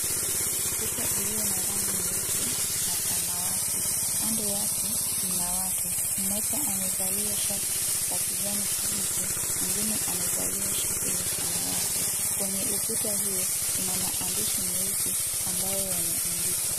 Ukuta ulio na rangi nyeupe na samawati. Kando yake mna watu, mmoja amevalia shati la kijani kibichi mwingine amevalia shati la samawati. Kwenye ukuta huo kuna maandishi meusi ambayo yameandikwa.